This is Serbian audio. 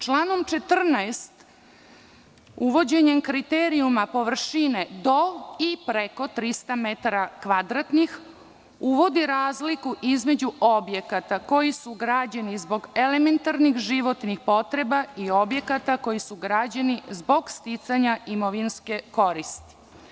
Članom 14. uvođenjem kriterijuma površine do i preko 300 m2 uvodi razliku između objekata koji su građeni zbog elementarnih životnih potreba i objekata koji su građeni zbog sticanja imovinske koristi.